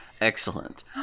excellent